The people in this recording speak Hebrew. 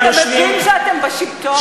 אתה מבין שאתם בשלטון?